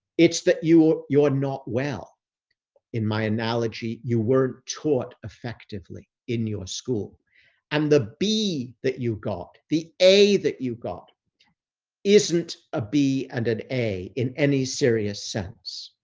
it's that you you're not well in my analogy, you weren't taught effectively in your school and the b that you got the a, that you got isn't a b and an a in any serious sense.